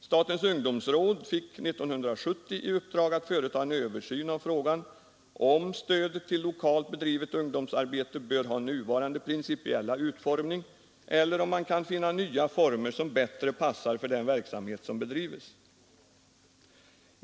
Statens ungdomsråd fick 1970 i uppdrag att företa en översyn av frågan om stödet till lokalt bedrivet ungdomsarbete bör ha nuvarande principiella utformning eller om man kan finna nya former som bättre passar för den verksamhet som bedrives.